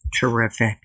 Terrific